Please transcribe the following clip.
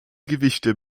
gewichte